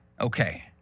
okay